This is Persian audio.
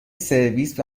سرویس